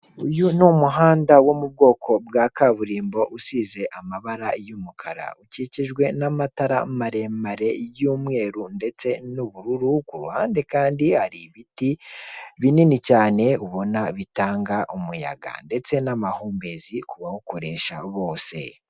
Uyu ni umuhanda wo mu bwoko bwa kaburimbo usize amabara y'umukara, ukikijwe n'amatara maremare y'umweru ndetse n'ubururu, ku ruhande kandi ari ibiti binini cyane ubona bitanga umuyaga ndetse n'amahumbezi ku bawukoresha bose.